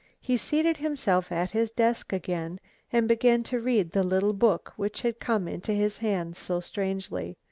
he seated himself at his desk again and began to read the little book which had come into his hands so strangely.